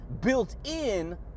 built-in